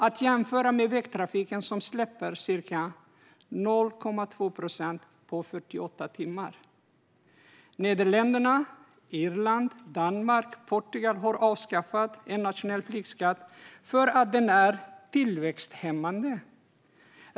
Det kan jämföras med vägtrafiken, som släpper ut ca 0,2 procent på 48 timmar. Nederländerna, Irland, Danmark och Portugal har avskaffat en nationell flygskatt för att den är tillväxthämmande.